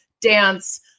dance